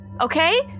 Okay